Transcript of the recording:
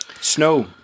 Snow